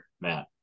matt